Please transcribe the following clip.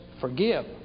forgive